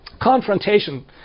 confrontation